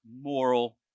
moral